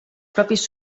propis